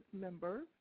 members